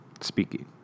speaking